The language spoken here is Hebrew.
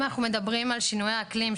אם אנחנו מדברים על שינויי האקלים,